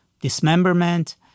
dismemberment